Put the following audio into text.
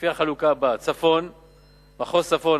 לפי החלוקה הבאה: מחוז צפון,